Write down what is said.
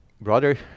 brother